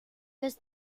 los